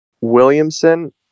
Williamson